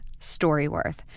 StoryWorth